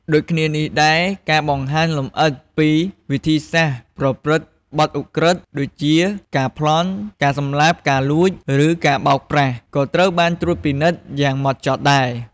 ដូចគ្នានេះដែរ ការបង្ហាញលម្អិតពីវិធីសាស្ត្រប្រព្រឹត្តបទឧក្រិដ្ឋដូចជាការប្លន់ ការសម្លាប់ ការលួច ឬការបោកប្រាស់ ក៏ត្រូវបានត្រួតពិនិត្យយ៉ាងហ្មត់ចត់ដែរ។